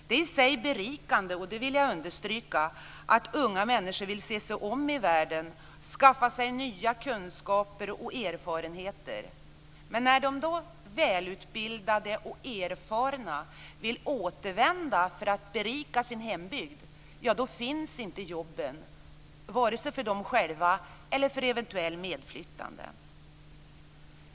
Jag vill understryka att det i sig är berikande att unga människor vill se sig om i världen och skaffa sig nya kunskaper och erfarenheter. Men när de välutbildade och erfarna vill återvända för att berika sin hembygd finns inte jobben, vare sig för dem själva eller för eventuell medflyttande.